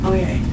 Okay